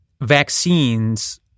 vaccines